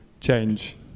change